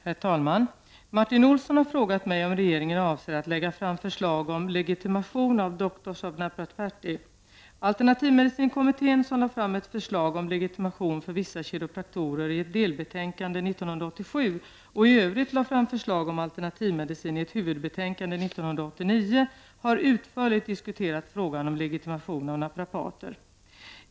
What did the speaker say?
Herr talman! Martin Olsson har frågat mig om regeringen avser att lägga fram förslag om legitimation av Doctors of Naprapathy. Alternativmedicinkommittén, som lade fram ett förslag om legitimation för vissa kiropraktorer i ett delbetänkande år 1987 och i övrigt lade fram förslag om alternativmedicin i ett huvudbetänkande år 1989, har utförligt diskuterat frågan om legitimation av naprapater.